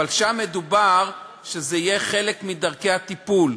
אבל שם מדובר שזה יהיה חלק מדרכי הטיפול,